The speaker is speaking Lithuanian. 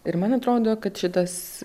ir man atrodo kad šitas